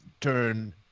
turn